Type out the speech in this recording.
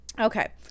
okay